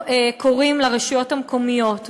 אנחנו קוראים לרשויות המקומיות,